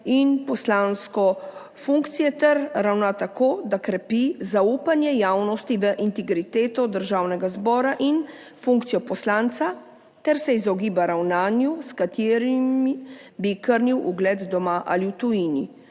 in poslanske funkcije ter ravna tako, da krepi zaupanje javnosti v integriteto Državnega zbora in funkcijo poslanca ter se izogiba ravnanju, s katerim bi krnil ugled doma ali v tujini.